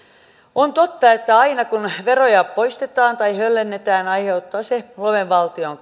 on totta että aina kun veroja poistetaan tai höllennetään aiheuttaa se loven valtion